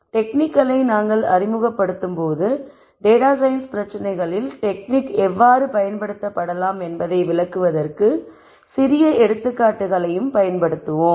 டெக்னிக்களை நாங்கள் அறிமுகப்படுத்தும்போது data science பிரச்சனைகளில் டெக்னிக் எவ்வாறு பயன்படுத்தப்படலாம் என்பதை விளக்குவதற்கு சிறிய எடுத்துக்காட்டுகளையும் பயன்படுத்துவோம்